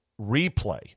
replay